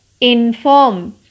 inform